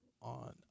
on